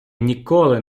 ніколи